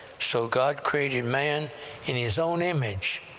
so god created man in his own image,